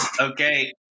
Okay